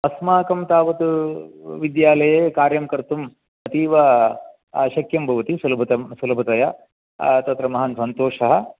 अस्माकं तावत् विद्यालये कार्यं कर्तुम् अतीव आ शक्यं भवति सुलभतया सुलभतया तत्र महान् सन्तोषः